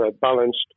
balanced